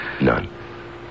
None